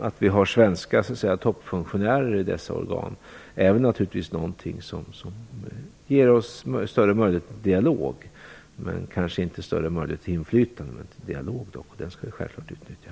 Att vi har svenska toppfunktionärer i dessa organ ger oss naturligtvis större möjlighet, kanske inte till inflytande men till dialog, och den skall vi självfallet utnyttja.